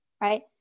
right